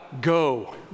go